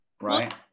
Right